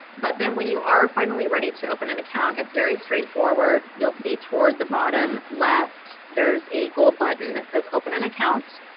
but then when you are finally ready to open an account it's very straightforward. you'll see toward the bottom left, there's a gold button that says open an account.